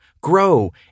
grow